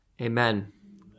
Amen